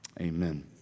amen